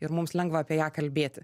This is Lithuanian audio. ir mums lengva apie ją kalbėti